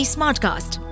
Smartcast